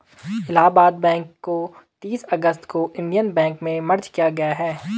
Allahabad bank को तीस अगस्त को इन्डियन बैंक में मर्ज किया गया है